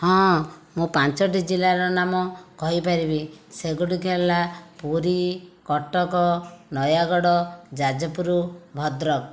ହଁ ମୁଁ ପାଞ୍ଚୋଟି ଜିଲ୍ଲାର ନାମ କହିପାରିବି ସେଗୁଡ଼ିକ ହେଲା ପୁରୀ କଟକ ନୟାଗଡ଼ ଯାଜପୁର ଭଦ୍ରକ